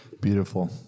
beautiful